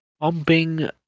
pumping